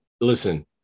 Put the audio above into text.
Listen